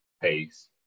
pace